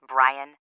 Brian